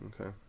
Okay